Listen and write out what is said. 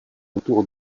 autour